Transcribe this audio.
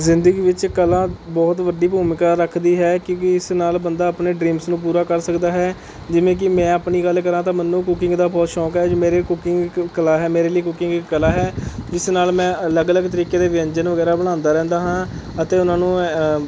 ਜ਼ਿੰਦਗੀ ਵਿੱਚ ਕਲਾ ਬਹੁਤ ਵੱਡੀ ਭੂਮਿਕਾ ਰੱਖਦੀ ਹੈ ਕਿਉਂਕਿ ਇਸ ਨਾਲ ਬੰਦਾ ਆਪਣੇ ਡਰੀਮਜ਼ ਨੂੰ ਪੂਰਾ ਕਰ ਸਕਦਾ ਹੈ ਜਿਵੇਂ ਕਿ ਮੈਂ ਆਪਣੀ ਗੱਲ ਕਰਾਂ ਤਾਂ ਮੈਨੂੰ ਕੂਕਿੰਗ ਦਾ ਬਹੁਤ ਸ਼ੌਂਕ ਹੈ ਜੀ ਮੇਰੇ ਕੂਕਿੰਗ ਇੱਕ ਕਲਾ ਹੈ ਮੇਰੇ ਲਈ ਕੂਕਿੰਗ ਇੱਕ ਕਲਾ ਹੈ ਜਿਸ ਨਾਲ ਮੈਂ ਅਲੱਗ ਅਲੱਗ ਤਰੀਕੇ ਦੇ ਵਿਅੰਜਨ ਵਗੈਰਾ ਬਣਾਉਂਦਾ ਰਹਿੰਦਾ ਹਾਂ ਅਤੇ ਉਹਨਾਂ ਨੂੰ